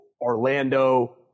Orlando